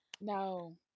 no